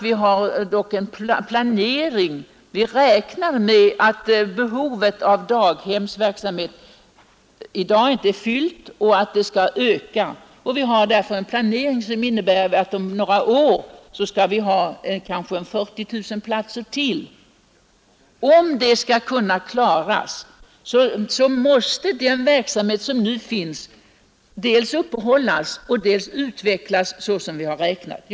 Vi anser att behovet av daghemsverksamhet nu inte är fyllt och att det bör öka. Enligt planeringen skall det finnas ca 40 000 platser till 1975. Om detta mål skall kunna nås, måste den verksamhet som nu förekommer dels uppehållas, dels utvecklas så som vi har räknat med.